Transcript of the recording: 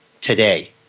today